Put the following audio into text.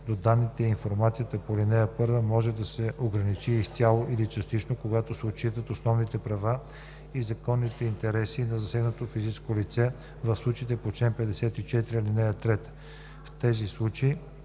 до данните и информацията по ал. 1 може да се ограничи изцяло или частично, като се отчитат основните права и законните интереси на засегнатото физическо лице в случаите по чл. 54, ал. 3. В тези случаи